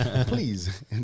Please